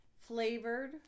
flavored